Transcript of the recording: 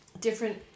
different